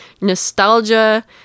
nostalgia